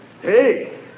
Hey